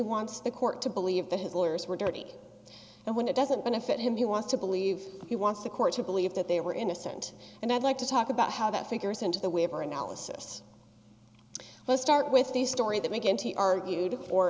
wants the court to believe that his lawyers were dirty and when it doesn't benefit him you want to believe he wants the court to believe that they were innocent and i'd like to talk about how that figures into the way for analysis let's start with the story that mcginty argued for